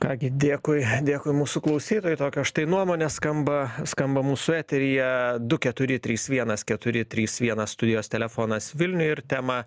ką gi dėkui dėkui mūsų klausytojai tokios štai nuomonės skamba skamba mūsų eteryje du keturi trys vienas keturi trys vienas studijos telefonas vilniuj ir temą